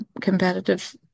competitive